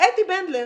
אתי בנדלר,